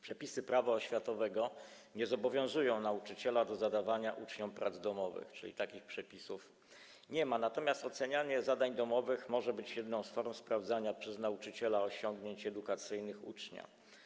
Przepisy Prawa oświatowego nie zobowiązują nauczyciela do zadawania uczniom prac domowych, takich przepisów nie ma, natomiast ocenianie zadań domowych może być jedną z form sprawdzania przez nauczyciela osiągnięć edukacyjnych ucznia.